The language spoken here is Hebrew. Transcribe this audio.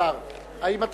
מסדר-היום.